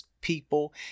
people